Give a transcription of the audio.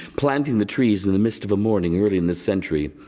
planting the trees in the mist of a morning early in this century.